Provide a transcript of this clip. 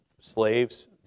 slaves